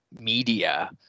media